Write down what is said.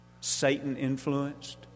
Satan-influenced